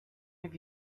have